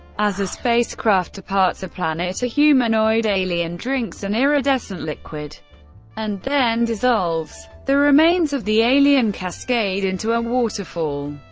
as a spacecraft departs a planet, a humanoid alien drinks an iridescent liquid and then dissolves. the remains of the alien cascade into a waterfall.